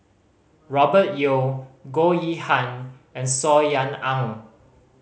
Robert Yeo Goh Yihan and Saw Ean Ang